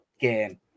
game